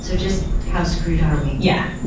so just how screwed are we? yeah.